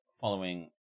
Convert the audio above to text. following